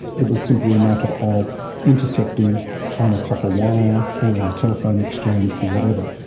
it was simply a matter of intercepting on a copper wire or in a telephone exchange or whatever.